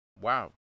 Wow